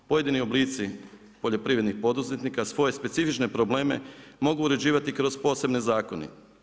Pojedini oblici poljoprivrednih poduzetnika, svoje specifične probleme mogu uređivati kroz posebne zakone.